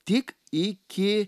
tik iki